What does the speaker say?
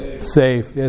Safe